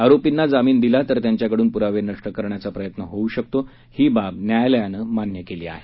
आरोपींना जामीन दिल्यास त्यांच्याकडून पुरावे नष्ट करण्याचा प्रयत होऊ शकतो ही बाब न्यायालयानं मान्य केली आहे